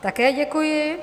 Také děkuji.